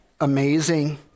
amazing